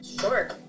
Sure